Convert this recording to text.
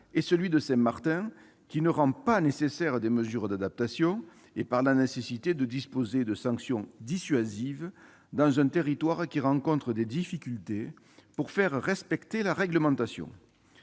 et celui de Saint-Martin, qui ne rend pas nécessaires des mesures d'adaptation, et par la nécessité de disposer de sanctions dissuasives dans un territoire qui rencontre des difficultés pour faire respecter la réglementation.